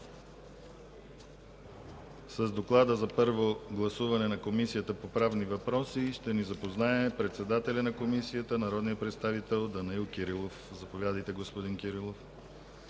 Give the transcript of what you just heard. С доклада на първо гласуване на Комисията по правни въпроси ще ни запознае председателят на Комисията господин Данаил Кирилов. Заповядайте, господин Кирилов.